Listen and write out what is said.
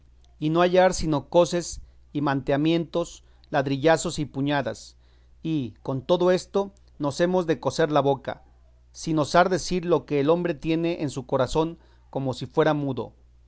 y no hallar sino coces y manteamientos ladrillazos y puñadas y con todo esto nos hemos de coser la boca sin osar decir lo que el hombre tiene en su corazón como si fuera mudo